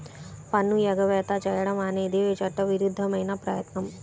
పన్ను ఎగవేత చేయడం అనేది చట్టవిరుద్ధమైన ప్రయత్నం